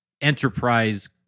enterprise